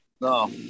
no